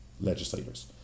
legislators